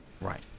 Right